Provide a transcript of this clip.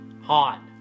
Hot